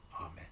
Amen